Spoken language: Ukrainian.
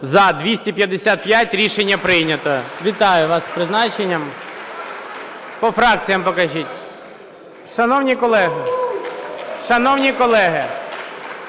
За-255 Рішення прийнято. Вітаю вас з призначенням. По фракціях покажіть. (Шум у залі) Шановні колеги,